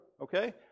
okay